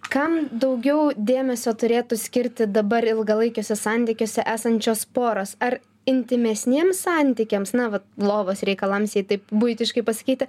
kam daugiau dėmesio turėtų skirti dabar ilgalaikiuose santykiuose esančios poros ar intymesniems santykiams na vat lovos reikalams jei taip buitiškai pasakyti